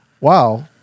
wow